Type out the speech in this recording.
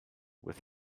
with